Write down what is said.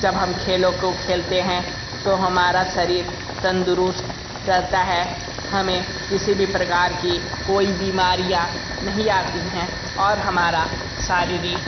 जब हम खेलों को खेलते हैं तो हमारा शरीर तंदुरुस्त रहता है हमें किसी भी प्रकार की कोई बीमारियाँ नहीं आती है और हमारा शारीरिक